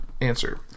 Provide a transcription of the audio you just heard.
answer